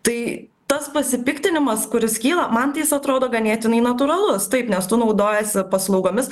tai tas pasipiktinimas kuris kyla man tai jis atrodo ganėtinai natūralus taip nes tu naudojiesi paslaugomis